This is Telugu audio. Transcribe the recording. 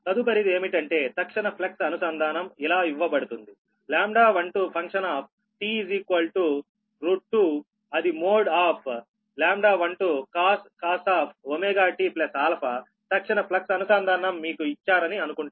తదుపరిది ఏమిటంటే తక్షణ ఫ్లక్స్ అనుసంధానం ఇలా ఇవ్వబడుతుంది λ12 ఫంక్షన్ ఆఫ్ t 2 అది మోడ్ ఆఫ్ λ12 cos ωtα తక్షణ ఫ్లక్స్ అనుసంధానం మీకు ఇచ్చారని అనుకుంటారు